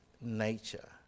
nature